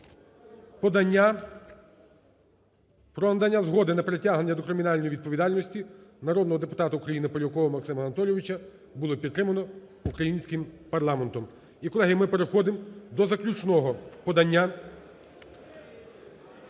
надання згоди на притягнення до кримінальної відповідальності народного депутата України Полякова Максима Анатолійовича було підтримано українським парламентом. І, колеги, ми переходимо до заключного подання